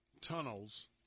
tunnels